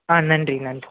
ஆ நன்றி நன்றி